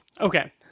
Okay